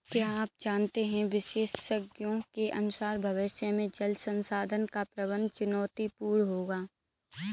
क्या आप जानते है विशेषज्ञों के अनुसार भविष्य में जल संसाधन का प्रबंधन चुनौतीपूर्ण होगा